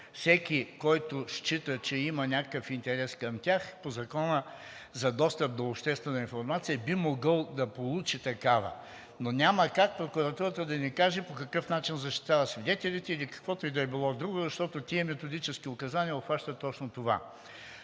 Всеки, който счита, че има някакъв интерес към тях по Закона за достъп до обществена информация, би могъл да получи такава. Но няма как прокуратурата да не каже по какъв начин защитава свидетелите или каквото и да е било друго, защото тези методически указания обхващат точно това.